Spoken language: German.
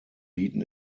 bieten